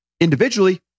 Individually